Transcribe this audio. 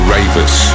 Ravers